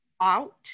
out